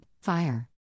fire